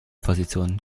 position